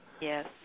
Yes